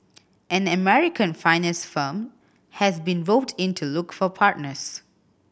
an American finance firm has been roped in to look for partners